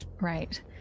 Right